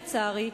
לצערי,